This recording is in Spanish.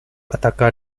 ataca